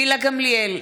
גילה גמליאל,